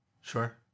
sure